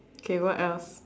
okay what else